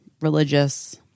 religious